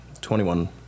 Twenty-one